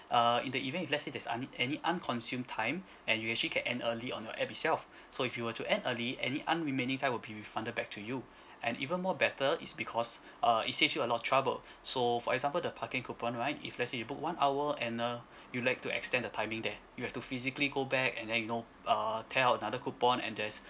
uh in the event if let's say there's any any unconsumed time and you actually can end early on your app itself so if you were to end early any un~ remaining time will be refunded back to you and even more better is because uh it saves you a lot of trouble so for example the parking coupon right if let's say you book one hour and uh you like to extend the timing there you have to physically go back and then you know err tear up another coupon and there's